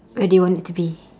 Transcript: where do you want it to be